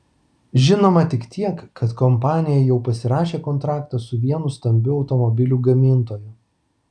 žinoma tik tiek kad kompanija jau pasirašė kontraktą su vienu stambiu automobilių gamintoju